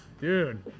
Dude